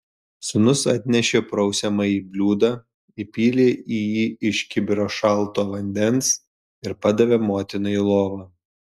sūnus atnešė prausiamąjį bliūdą įpylė į jį iš kibiro šalto vandens ir padavė motinai į lovą